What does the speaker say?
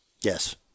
Yes